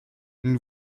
nous